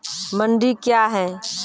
मंडी क्या हैं?